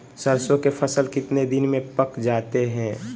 सरसों के फसल कितने दिन में पक जाते है?